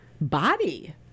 body